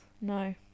No